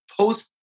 post